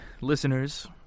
listeners